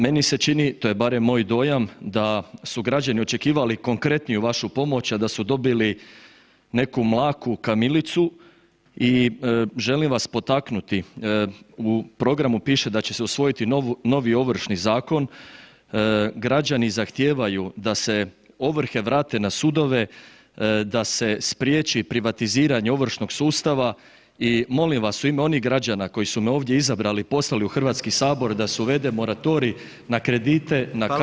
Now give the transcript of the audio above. Meni se čini, to je barem moj dojam, da su građani očekivali konkretniju vašu pomoć a da su dobili neku mlaku kamilicu i želim vas potaknuti, u programu piše da će se usvojiti novi Ovršni zakon, građani zahtijevaju da se ovrhe vrate na sudove, da se spriječi privatiziranje ovršnog sustava i molim vas u ime onih građana koji su me ovdje izabrali i poslali u Hrvatski sabor, da se uvede moratorij na kredite na kamate i na ovrhe.